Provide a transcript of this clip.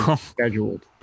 scheduled